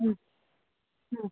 ಹ್ಞೂ ಹ್ಞೂ